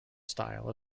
style